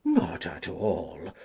not at all.